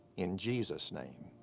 in jesus' name.